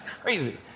crazy